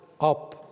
up